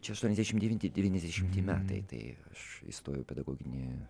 čia aštuoniasdešimt devinti devyniasdešimti metai tai aš įstojau į pedagoginį